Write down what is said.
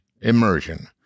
Immersion